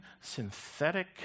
synthetic